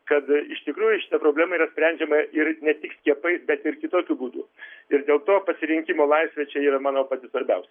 kad iš tikrųjų šita problema yra sprendžiama ir ne tik skiepais bet ir kitokiu būdu ir dėl to pasirinkimo laisvė čia yra manau pati svarbiausia